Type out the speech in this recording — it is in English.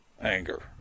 anger